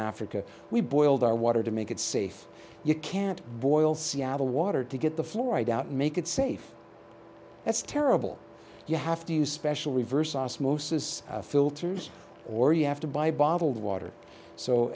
africa we boiled our water to make it safe you can't boil seattle water to get the floor i doubt make it safe that's terrible you have to use special reverse osmosis filters or you have to buy bottled water